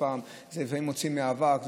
לפעמים זה מוציא מהאבק,